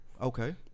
Okay